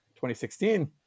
2016